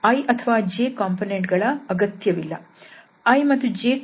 i ಅಥವಾ j ಕಂಪೋನೆಂಟ್ಗಳ ಅಗತ್ಯವಿಲ್ಲ